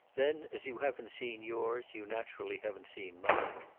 then as you haven't seen yours you naturally haven't seen mine.